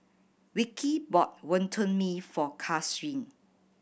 Vicki bought Wonton Mee for Karsyn